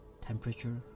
temperature